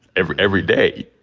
every every day.